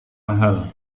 mahal